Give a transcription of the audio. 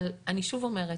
אבל אני שוב אומרת,